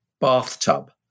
bathtub